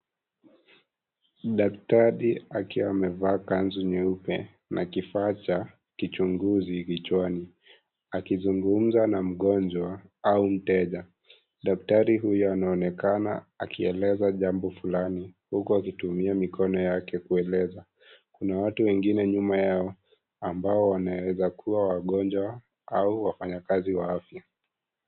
Daktari akiwa amevaa kanzu nyeupe na kifaa cha kichunguzi kichwani akizungumza na mgonjwa au mteja. Daktari huyu anaonekana akieleza jambo fulani huku akitumia mikono yake kueleza . Kuna watu wengine nyuma yao ambao wanaweza kuwa wagonjwa au wafanyakazi wa afya.